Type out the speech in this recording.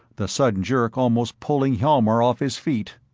the sudden jerk almost pulling hjalmar off his feet.